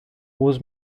was